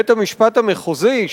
בית-המשפט המחוזי,